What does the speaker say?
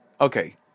Okay